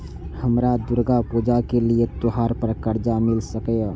हमरा दुर्गा पूजा के लिए त्योहार पर कर्जा मिल सकय?